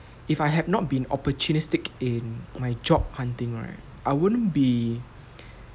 if I have not been opportunistic in my job hunting right I wouldn't be